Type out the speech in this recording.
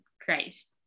Christ